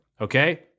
okay